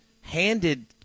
handed